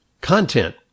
content